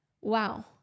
wow